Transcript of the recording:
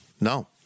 No